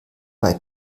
bei